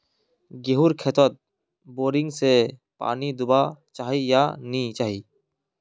गेँहूर खेतोत बोरिंग से पानी दुबा चही या नी चही?